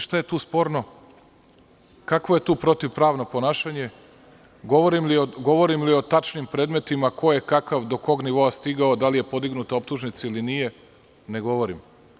Šta je tu sporno, kakvo je tu protivpravno ponašanje, govorim li o tačnim predmetima ko je kakav i do kog nivoa stigao, da li je podignuta optužnica ili nije, ne govorim.